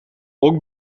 ook